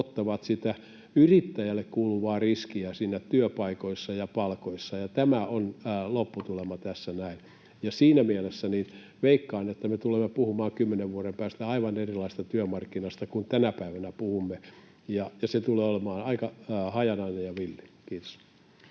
ottavat sitä yrittäjälle kuuluvaa riskiä työpaikoissa ja palkoissa — tämä on lopputulema tässä näin. Ja siinä mielessä veikkaan, että me tulemme puhumaan kymmenen vuoden päästä aivan erilaisesta työmarkkinasta kuin tänä päivänä puhumme, ja se tulee olemaan aika hajanainen ja villi. — Kiitos.